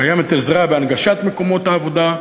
קיימת עזרה בהנגשת מקומות העבודה,